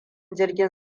jirgin